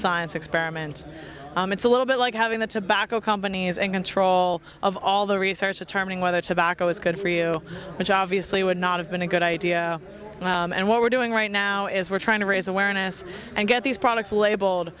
science experiment it's a little bit like having the tobacco companies in control of all the research determining whether tobacco is good for you which obviously would not have been a good idea and what we're doing right now is we're trying to raise awareness and get these products labeled